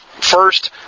first